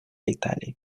италии